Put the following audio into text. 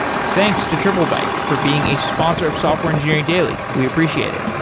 thanks to triplebyte for being a sponsor of software engineering daily. we appreciate it.